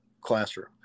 classroom